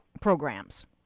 programs